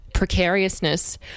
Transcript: precariousness